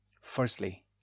Firstly